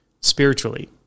spiritually